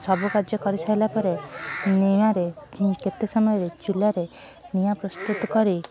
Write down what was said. ସବୁ କାର୍ଯ୍ୟ କରିସାରିଲା ପରେ ନିଆଁରେ କେତେ ସମୟରେ ଚୁଲାରେ ନିଆଁ ପ୍ରସ୍ତୁତ କରି